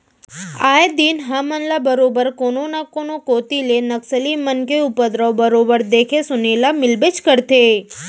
आए दिन हमन ल बरोबर कोनो न कोनो कोती ले नक्सली मन के उपदरव बरोबर देखे सुने ल मिलबेच करथे